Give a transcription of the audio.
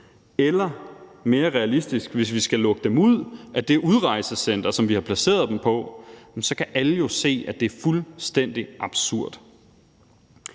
eller mere realistisk, hvis vi skal lukke dem ud af det udrejsecenter, vi har placeret dem på, kan alle jo se, at det er fuldstændig absurd.